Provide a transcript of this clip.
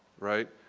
right?